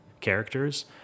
characters